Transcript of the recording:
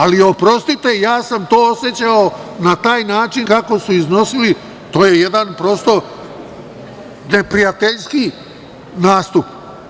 Ali, oprostite, ja sam to osećao na taj način kako su iznosili, to je jedan prosto neprijateljski nastup.